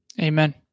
Amen